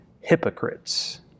hypocrites